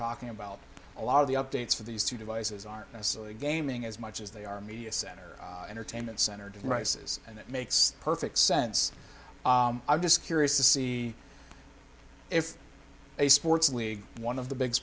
talking about a lot of the updates for these two devices aren't necessarily gaming as much as they are media center entertainment center right says and it makes perfect sense i'm just curious to see if a sports league one of the big